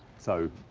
so,